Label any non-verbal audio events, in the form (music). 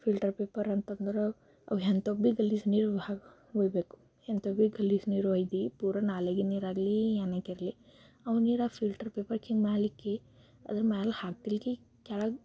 filter paper ಅಂತಂದ್ರೆ ಅವು ಎಂಥವು ಭೀ ಗಲೀಜು ನೀರು ಹಾಕಿ (unintelligible) ಎಂಥವು ಭೀ ಗಲಜು ನೀರು ಒಯ್ದು ಪೂರ ನಾಲಿಗೆ ನೀರಾಗಲಿ ಏನು ಆಗಿರಿ ಅವು ನೀರು ಫಿಲ್ಟರ್ ಪೇಪರ್ಗೆ ಹಿಂಗೆ ಮೇಲಿಕ್ಕಿ ಅದ್ರ ಮೇಲೆ ಹಾಕ್ಲಿಕ್ಕೆ ಕೆಳಗೆ